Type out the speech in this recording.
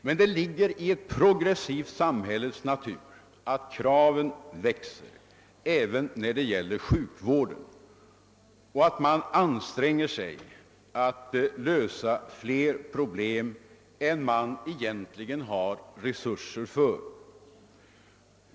Men det ligger i ett progressivt samhälles natur att kraven växer även när det gäller sjukvården och att man anstränger sig att lösa fler problem än man egentligen har resurser för.